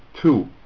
Two